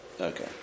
Okay